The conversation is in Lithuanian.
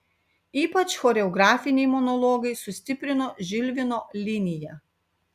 ypač choreografiniai monologai sustiprino žilvino liniją